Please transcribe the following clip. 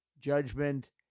judgment